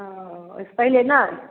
हँ ओइसँ पहिले नहि